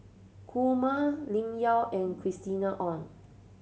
Kumar Lim Yau and Christina Ong